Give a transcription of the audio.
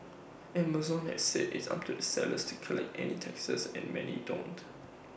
Amazon has said it's up to the sellers to collect any taxes and many don't